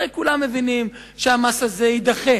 הרי כולם מבינים שהמס הזה יידחה,